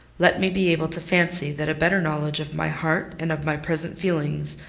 let me be able to fancy that a better knowledge of my heart, and of my present feelings,